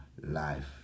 life